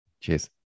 Cheers